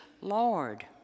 Lord